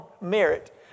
merit